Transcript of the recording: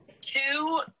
two